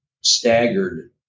staggered